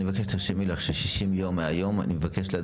אני מבקש שתרשמי לך ש-60 יום מהיום אני